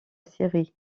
série